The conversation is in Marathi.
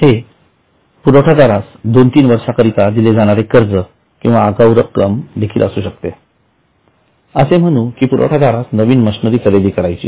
हे पुरवठादारास दोन तीन वर्षांसाठी दिले जाणारे कर्ज किंवा आगाऊ रक्कम देखील असू शकते असे म्हणू कि पुरवठादारास नवीन मशीनरी खरेदी करायची आहे